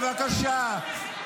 בבקשה,